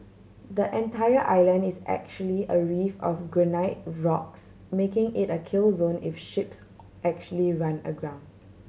the entire island is actually a reef of granite rocks making it a kill zone if ships actually run aground